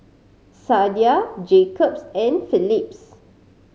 Sadia Jacob's and Phillips